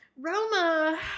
Roma